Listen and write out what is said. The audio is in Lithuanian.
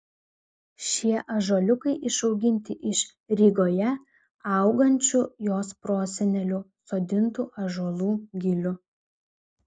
šie ąžuoliukai išauginti iš rygoje augančių jos prosenelių sodintų ąžuolų gilių